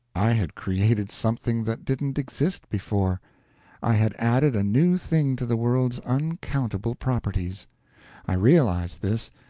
i had created something that didn't exist before i had added a new thing to the world's uncountable properties i realized this,